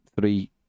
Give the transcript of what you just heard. three